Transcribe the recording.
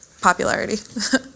popularity